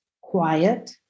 quiet